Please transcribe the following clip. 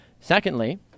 Secondly